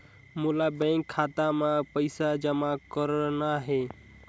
मोला बैंक खाता मां पइसा जमा करना हे?